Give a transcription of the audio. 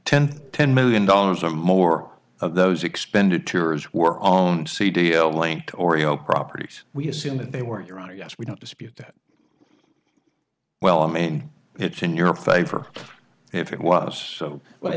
ten ten million dollars or more of those expended tears were on c d o linked oreo properties we assume that they were your honor yes we don't dispute that well i mean it's in your favor if it was so